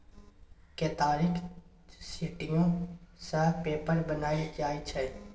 केतारीक सिट्ठीयो सँ पेपर बनाएल जाइ छै